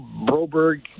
Broberg